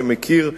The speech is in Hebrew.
שמכיר,